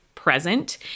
present